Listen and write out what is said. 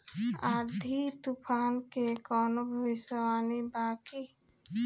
आँधी तूफान के कवनों भविष्य वानी बा की?